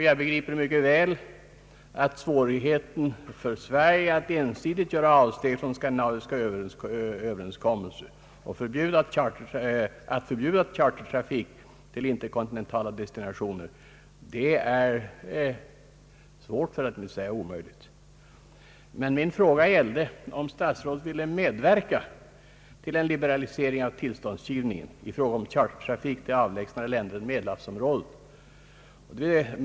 Jag begriper mycket väl svårigheten för Sverige att ensidigt göra avsteg från den skandinaviska överenskommelsen att förbjuda chartertrafik på interkontinentala destinationer, Det är svårt, för att inte säga omöjligt. Men min fråga var om statsrådet ville medverka till en liberalisering av tillståndsgivningen i fråga om chartertrafik till avlägsnare länder än Medelhavsområdet.